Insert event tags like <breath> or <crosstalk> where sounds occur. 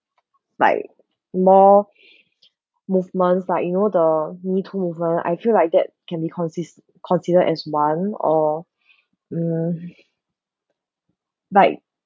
like more <breath> movement like you know the me-too movement I feel like that can be consis~ consider as one or you know like